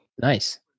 Nice